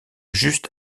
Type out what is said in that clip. juste